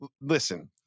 Listen